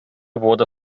wurde